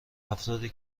افرادی